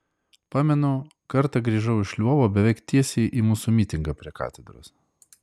pamenu kartą grįžau iš lvovo beveik tiesiai į mūsų mitingą prie katedros